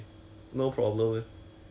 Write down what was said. but if you drink like normal milk leh